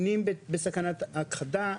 מינים בסכנת הכחדה,